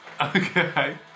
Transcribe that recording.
Okay